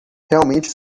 realmente